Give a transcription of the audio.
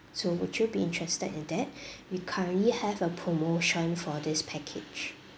so would you be interested in that we currently have a promotion for this package